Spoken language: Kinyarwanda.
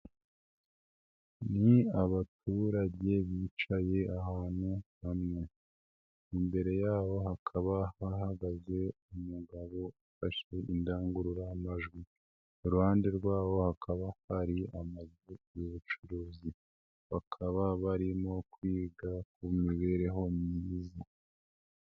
Ni abaturage bicaye ahantu hamwe, imbere yabo hakaba hahagaze umugabo ufashe indangururamajwi ,iruhande rwabo hakaba hari amazu y'ubucuruzi, bakaba barimo kwiga ku mibereho myiza.